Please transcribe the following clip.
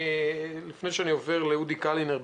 לפני שאני עובר לאודי קלינר,